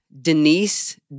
Denise